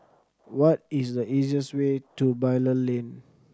what is the easiest way to Bilal Lane